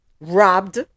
robbed